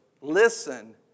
listen